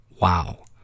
Wow